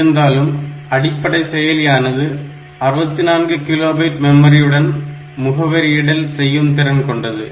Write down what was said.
இருந்தாலும் அடிப்படை செயலியானது 64 கிலோ பைட் மெமரியுடன் முகவரியிடல் செய்யும் திறன் கொண்டது